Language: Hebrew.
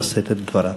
לשאת את דברה.